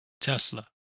Tesla